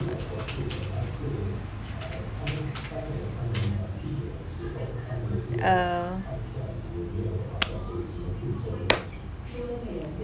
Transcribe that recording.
uh